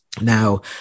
now